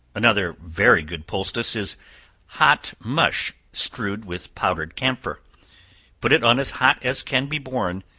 another very good poultice, is hot mush strewed with powdered camphor put it on as hot as can be borne,